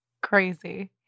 Crazy